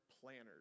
planners